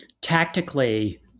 Tactically